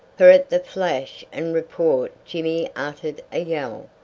for at the flash and report jimmy uttered a yell,